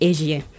Asia